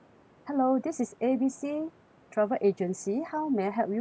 hello this is A B C travel agency how may I help you